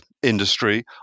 industry